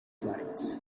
flights